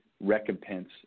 recompense